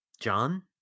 John